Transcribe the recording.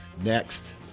next